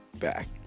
back